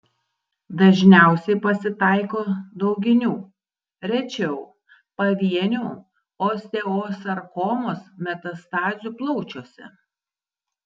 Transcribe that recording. dažniausiai pasitaiko dauginių rečiau pavienių osteosarkomos metastazių plaučiuose